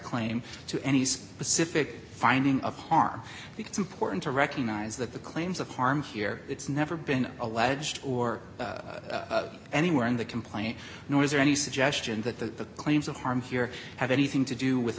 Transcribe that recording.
claim to any specific finding of harm it's important to recognize that the claims of harm here it's never been alleged or anywhere in the complaint nor is there any suggestion that the claims of harm here have anything to do with